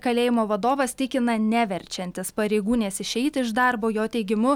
kalėjimo vadovas tikina neverčiantis pareigūnės išeiti iš darbo jo teigimu